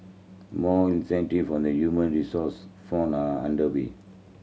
more incentives on the human resource front are under way